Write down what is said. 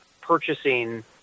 purchasing